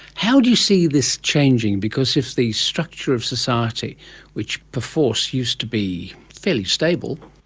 how do you see this changing? because if the structure of society which perforce used to be fairly stable,